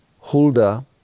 Hulda